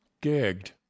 Gagged